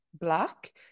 black